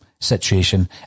situation